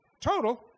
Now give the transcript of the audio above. total